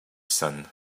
sun